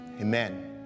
Amen